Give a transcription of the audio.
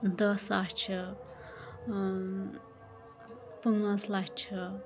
دَہ ساس چھِ ٲں پانٛژھ لچھ چھِ